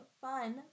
fun